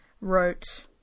wrote